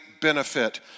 benefit